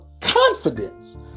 confidence